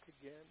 again